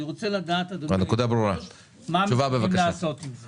מה מתכוונים לעשות עם זה?